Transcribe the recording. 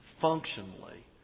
functionally